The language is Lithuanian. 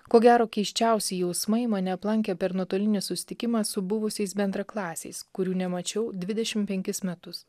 ko gero keisčiausi jausmai mane aplankė per nuotolinį susitikimą su buvusiais bendraklasiais kurių nemačiau dvidešimt penkis metus